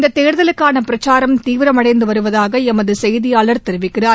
இந்த தேர்தலுக்கான பிரச்சாரம் தீவிரமடைந்து வருவதாக எமது செய்தியாளர் தெரிவிக்கிறார்